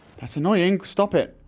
that's annoying stop it!